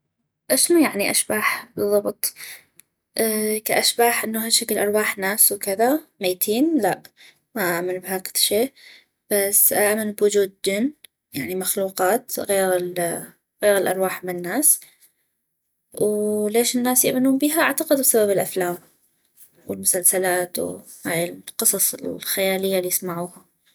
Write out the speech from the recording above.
اشنو يعني أشباح بالضبط؟ كاشباح انو هشكل أرواح ناس وكذا ميتين؟ لا ما أآمن بهذ شي بس أآمن بوجود جن يعني مخلوقات غيغ ال غيغ الارواح مال ناس وليش الناس يؤمنون بيها اعتقد بسبب الأفلام والمسلسلات وهاي القصص الخيالية الي يسمعوها